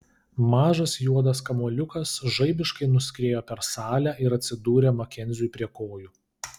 mažas juodas kamuoliukas žaibiškai nuskriejo per salę ir atsidūrė makenziui prie kojų